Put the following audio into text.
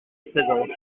présence